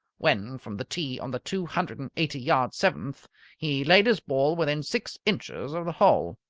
when from the tee on the two hundred and eighty yard seventh he laid his ball within six inches of the hole.